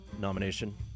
nomination